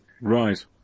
right